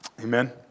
Amen